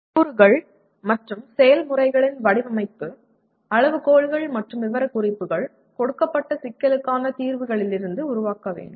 கூறுகள் மற்றும் செயல்முறைகளின் வடிவமைப்பு அளவுகோல்கள் மற்றும் விவரக்குறிப்புகள் கொடுக்கப்பட்ட சிக்கலுக்கான தீர்வுகளிலிருந்து உருவாக வேண்டும்